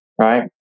Right